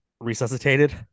Resuscitated